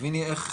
תביני איך,